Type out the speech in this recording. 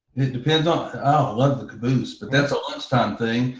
it depends on, oh, i love the caboose but that's a lunchtime thing.